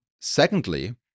Secondly